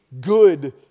good